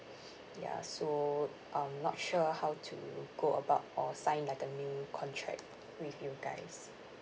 ya so I'm not sure how to go about or sign like a new contract with you guys